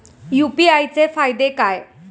UPI चे फायदे काय?